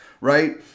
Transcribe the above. right